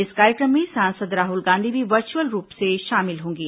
इस कार्यक्रम में सांसद राहुल गांधी भी वर्चुअल रूप से शामिल होंगे